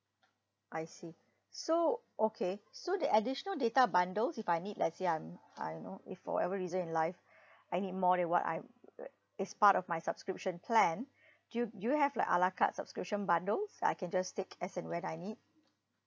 I see so okay so the additional data bundles if I need let's say I'm I don't know if for whatever reason in life I need more than what I'm it's part of my subscription plan do you do you have like a la carte subscription bundles that I can just take as and when I need